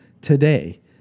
today